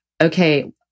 Okay